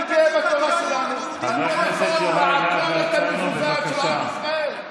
אני גאה בתורה שלנו, זאת כפייה דתית.